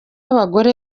abagore